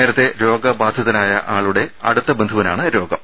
നേരത്തെ രോഗബാധിതനായ ആളുടെ അടുത്ത ബന്ധുവിനാണ് രോഗം